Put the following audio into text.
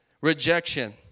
rejection